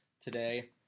today